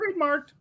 trademarked